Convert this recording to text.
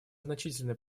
значительный